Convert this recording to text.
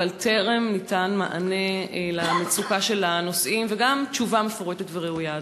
אבל טרם ניתן מענה למצוקת הנוסעים וגם לא תשובה מפורטת וראויה,